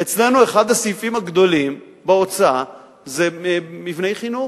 אצלנו אחד הסעיפים הגדולים בהוצאה זה מבני חינוך.